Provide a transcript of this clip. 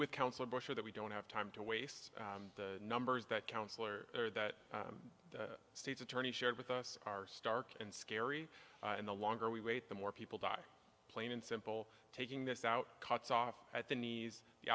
with counsel brochure that we don't have time to waste the numbers that counselor or that the state's attorney shared with us are stark and scary and the longer we wait the more people die plain and simple taking this out cuts off at the knees the